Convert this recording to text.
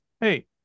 Hey